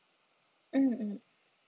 mm mm